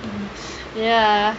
ya